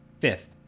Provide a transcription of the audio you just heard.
Fifth